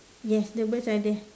yes the birds are there